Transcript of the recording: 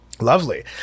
Lovely